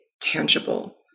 tangible